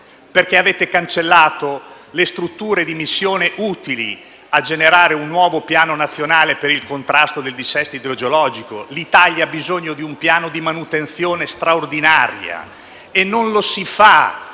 perché avete cancellato le strutture di missione utili a generare un nuovo piano nazionale per il contrasto del dissesto idrogeologico. L'Italia ha bisogno di un piano di manutenzione straordinaria, e non lo si fa